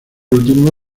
último